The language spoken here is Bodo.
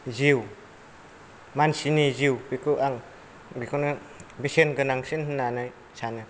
जिउ मानसिनि जिउ बेखौ आं बेखौनो बेसेनगोनांसिन होननानै सानो